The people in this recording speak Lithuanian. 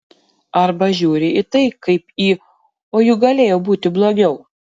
arba žiūri į tai kaip į o juk galėjo būti blogiau